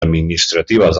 administratives